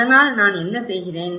அதனால் நான் என்ன செய்கிறேன்